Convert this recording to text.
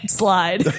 slide